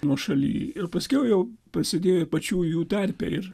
nuošaly ir paskiau jau prasidėjo pačių jų tarpe ir